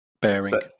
bearing